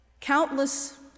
countless